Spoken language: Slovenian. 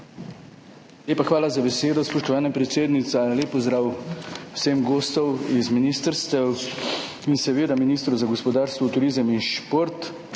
lepa za besedo, spoštovana predsednica. Lep pozdrav vsem gostom iz ministrstev in seveda ministru za gospodarstvo, turizem in šport,